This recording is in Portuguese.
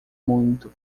muito